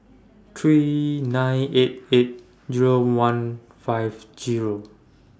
three nine eight eight Zero one five Zero